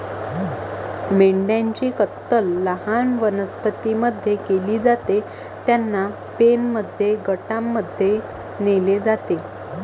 मेंढ्यांची कत्तल लहान वनस्पतीं मध्ये केली जाते, त्यांना पेनमध्ये गटांमध्ये नेले जाते